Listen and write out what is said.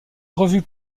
revue